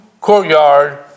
courtyard